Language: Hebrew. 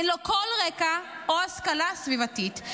אין לו כל רקע או השכלה סביבתית.